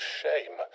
shame